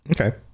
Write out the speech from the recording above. Okay